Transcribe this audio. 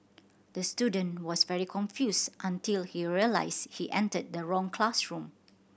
the student was very confused until he realised he entered the wrong classroom